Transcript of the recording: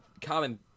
common